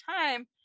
time